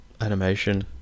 animation